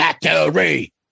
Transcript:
Battery